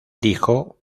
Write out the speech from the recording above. dijo